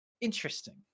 interesting